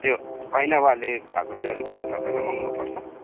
त्यो ऐनावाले भएको चाहिँ अलिकति तपाईँलाई महँगो पर्छ